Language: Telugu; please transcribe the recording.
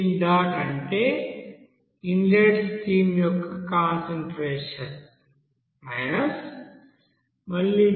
అంటే ఇన్లెట్ స్ట్రీమ్ యొక్క కాన్సంట్రేషన్ మళ్ళీ Vout